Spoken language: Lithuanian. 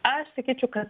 aš sakyčiau kad